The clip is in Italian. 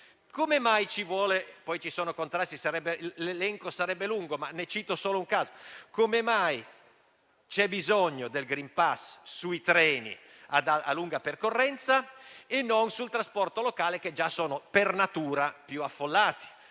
Come mai? Ci sono poi contrasti e l'elenco sarebbe lungo, per cui cito solo un caso. Come mai c'è bisogno del *green pass* sui treni a lunga percorrenza e non su quelli del trasporto locale, che sono per natura più affollati?